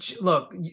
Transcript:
look